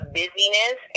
busyness